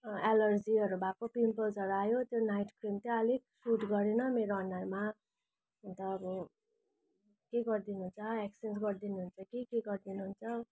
एलर्जीहरू भएको पिम्पल्सहरू आयो त्यो नाइट क्रिम चाहिँ अलिक सुट गरेन मेरो अनुहारमा र अब के गरिदिनुहुन्छ एक्सचेन्ज गरिदिनुहुन्छ कि के गरिदिनुहुन्छ